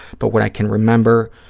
but what i can remember,